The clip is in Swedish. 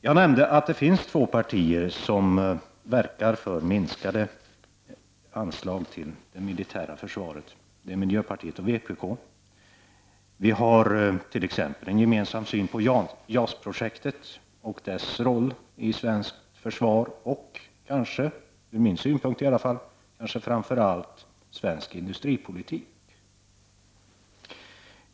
Jag nämnde att det finns två partier som verkar för minskade anslag till det militära försvaret. Det är miljöpartiet och vpk. Vi har t.ex. en gemensam syn på JAS-projektet och dess roll i svenskt försvar och kanske framför allt, i varje fall ur min synpunkt, på svensk industripolitik.